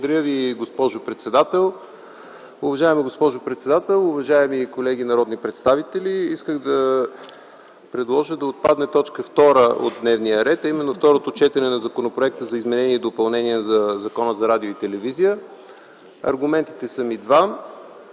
Уважаема госпожо председател, уважаеми колеги народни представители! Искам да предложа да отпадне т. 2 от дневния ред, а именно второто четене на Законопроекта за изменение и допълнение на Закона за радиото и телевизията. Аргументите ми са два.